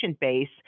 base